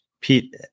Pete